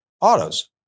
autos